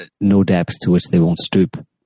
no-depths-to-which-they-won't-stoop